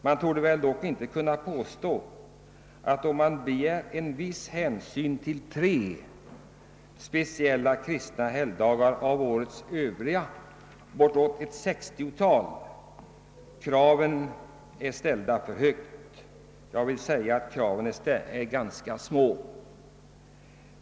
Man torde dock inte kunna påstå att kraven är för högt ställda om det begärs en viss hänsyn till tre speciella kristna helgdagar bland de bortåt ett sextiotal som vi har varje år. Jag vill säga att kraven är ganska små.